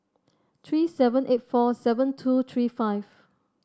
three seven eight four seven two three five